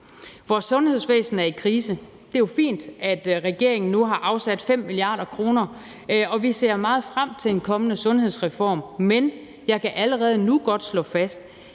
Vores sundhedsvæsen er i krise. Det er jo fint, at regeringen nu har afsat 5 mia. kr., og vi ser meget frem til en kommende sundhedsreform, men jeg kan allerede nu godt slå fast,